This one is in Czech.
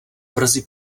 brzy